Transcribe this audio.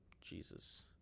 Jesus